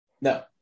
No